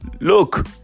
Look